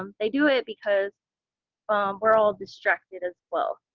um they do it because we're all distracted as well.